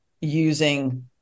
using